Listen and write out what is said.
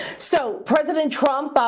so, president trump, um